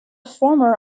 former